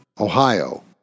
Ohio